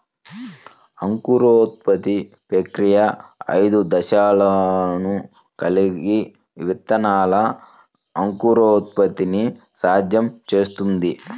అంకురోత్పత్తి ప్రక్రియ ఐదు దశలను కలిగి విత్తనాల అంకురోత్పత్తిని సాధ్యం చేస్తుంది